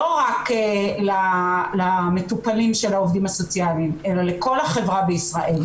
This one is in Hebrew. לא רק למטופלים של העובדים הסוציאליים אלא לכל החברה בישראל.